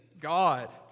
God